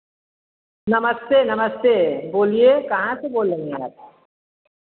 नमस्ते नमस्ते बोलिए कहाँ से बोल रही हैं आप